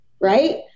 right